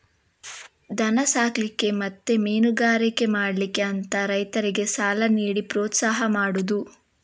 ದನ ಸಾಕ್ಲಿಕ್ಕೆ ಮತ್ತೆ ಮೀನುಗಾರಿಕೆ ಮಾಡ್ಲಿಕ್ಕೆ ಅಂತ ರೈತರಿಗೆ ಸಾಲ ನೀಡಿ ಪ್ರೋತ್ಸಾಹ ಮಾಡುದು